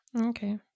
Okay